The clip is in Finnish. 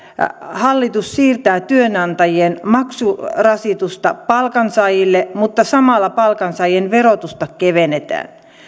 hallitus siirtää työnantajien maksurasitusta palkansaajille mutta samalla palkansaajien verotusta kevennetään